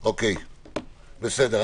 בסדר.